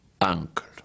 uncle